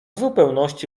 zupełności